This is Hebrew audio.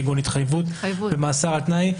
כגון התחייבות ומאסר על תנאי.